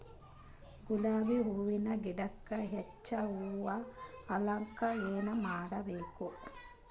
ಗುಲಾಬಿ ಹೂವಿನ ಗಿಡಕ್ಕ ಹೆಚ್ಚ ಹೂವಾ ಆಲಕ ಏನ ಮಾಡಬೇಕು?